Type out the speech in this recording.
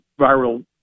viral